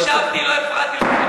ישבתי ולא הפרעתי לך.